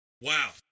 Wow